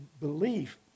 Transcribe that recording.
belief